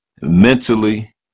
mentally